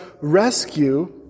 rescue